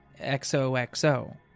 XOXO